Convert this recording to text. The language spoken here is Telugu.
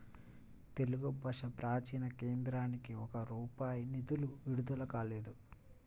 తెలుగు భాషా ప్రాచీన కేంద్రానికి ఒక్క రూపాయి నిధులు విడుదల కాలేదు